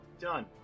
done